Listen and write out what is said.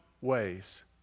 ways